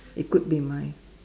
it could be my